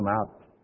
out